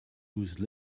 whose